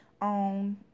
on